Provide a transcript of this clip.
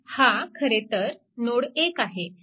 तर हा खरेतर नोड 1 आहे